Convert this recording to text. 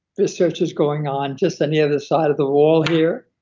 research is going on just on the other side of the wall here,